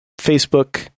Facebook